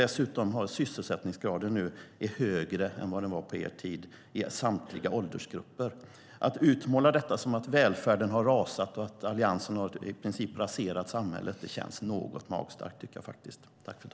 Dessutom är sysselsättningsgraden i samtliga åldersgrupper i dag högre än under Socialdemokraternas tid vid makten. Att utmåla detta som att välfärden har rasat och att Alliansen i princip har raserat samhället tycker jag känns något magstarkt.